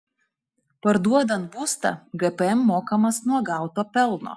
parduodant būstą gpm mokamas nuo gauto pelno